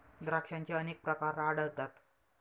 द्राक्षांचे अनेक प्रकार आढळतात